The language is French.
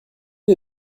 est